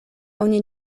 oni